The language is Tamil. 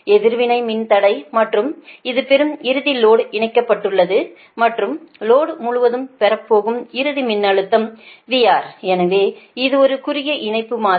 எதிர்வினை மின்தடை மற்றும் இது பெறும் இறுதி லோடு இணைக்கப்பட்டுள்ளது மற்றும் லோடு முழுவதும் பெறப்போகும் இறுதி மின்னழுத்தம் VR எனவே இது ஒரு குறுகிய இணைப்பு மாதிரி